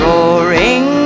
Roaring